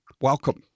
welcome